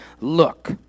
Look